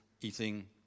eating